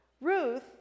Ruth